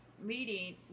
meeting